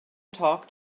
talked